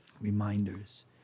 Reminders